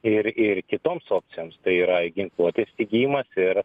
ir ir kitoms opcijoms tai yra ir ginkluotės įsigijimas ir